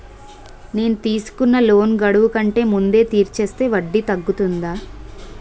నేను తీసుకున్న లోన్ గడువు కంటే ముందే తీర్చేస్తే వడ్డీ తగ్గుతుందా?